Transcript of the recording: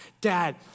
Dad